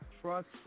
Trust